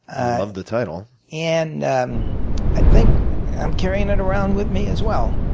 i love the title. and um i think i'm carrying it around with me, as well.